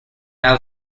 now